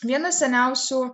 vieną seniausių